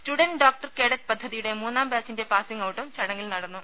student doctor cadet പദ്ധതിയുടെ മൂന്നാം ബാച്ചിന്റെ പാസിങ് ഔട്ടും ചടങ്ങിൽ നടന്നു